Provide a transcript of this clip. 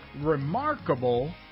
remarkable